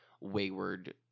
wayward